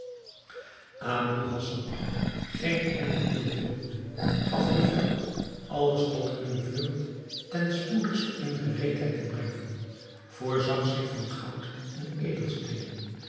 aboul hassan geen ander middel vindende gaf bevel alles tot hunne vlugt ten spoedigste in gereedheid te brengen voorzag zich van goud en edelgesteenten